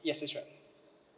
yes that's right